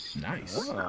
Nice